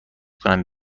کنم